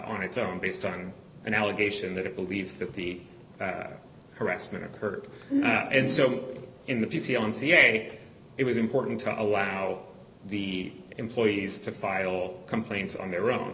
on its own based on an allegation that it believes that the harassment occurred and so in the p c on ca it was important to allow the employees to file complaints on their own